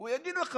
הוא יגיד לך.